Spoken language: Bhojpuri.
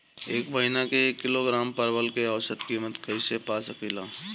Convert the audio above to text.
एक महिना के एक किलोग्राम परवल के औसत किमत कइसे पा सकिला?